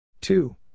Two